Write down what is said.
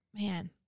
man